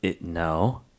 No